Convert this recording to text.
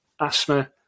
asthma